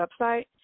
website